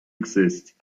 exist